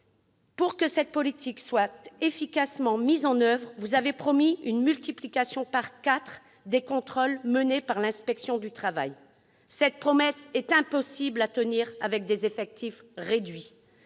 que cette politique soit efficacement mise en oeuvre, vous avez promis une multiplication par quatre des contrôles menés par l'inspection du travail. Or cette promesse ne pourra en aucun cas être tenue avec des effectifs réduits.